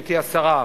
גברתי השרה,